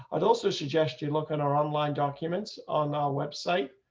i'd also suggest you look at our online documents on our website.